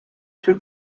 two